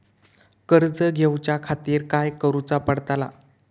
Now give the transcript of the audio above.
कर्ज घेऊच्या खातीर काय करुचा पडतला?